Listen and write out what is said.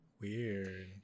weird